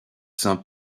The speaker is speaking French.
saint